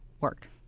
work